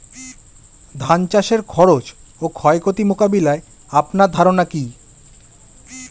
ধান চাষের খরচ ও ক্ষয়ক্ষতি মোকাবিলায় আপনার ধারণা কী?